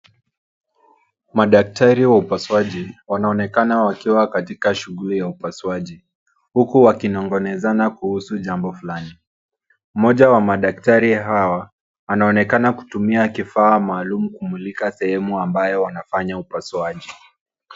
Madaktari wa upasuaji wanaonekana wakiwa katika shuguli ya upasuaji huku wakingong'onezana kuhusu jambo fulani. Moja wa madaktari hawa anaonekana kutumia kifaa maalum kumulika sehemu ambayo wanafanya upasuaji.